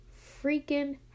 Freaking